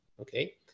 Okay